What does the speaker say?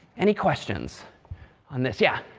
any questions on this? yeah?